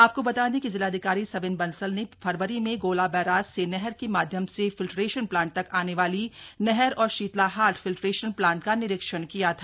आपको बता दें कि जिलाधिकारी सविन बंसल ने फरवरी में गौला बैराज से नहर के माध्यम से फिल्टरेशन प्लांट तक आने वाली नहर और शीतलाहाट फिल्टरेशन प्लांट का निरीक्षण किया था